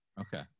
Okay